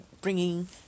bringing